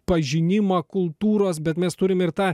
pažinimą kultūros bet mes turime ir tą